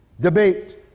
debate